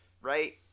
right